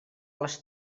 les